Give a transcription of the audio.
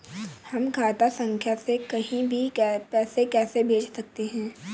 हम खाता संख्या से कहीं भी पैसे कैसे भेज सकते हैं?